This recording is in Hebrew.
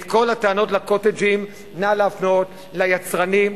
את כל הטענות על ה"קוטג'" נא להפנות ליצרנים,